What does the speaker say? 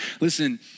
Listen